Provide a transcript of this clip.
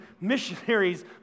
missionaries